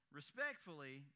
respectfully